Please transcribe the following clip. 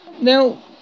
Now